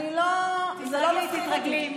תתרגלי.